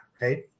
right